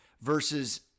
versus